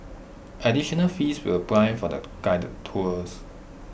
additional fees will apply for the guided tours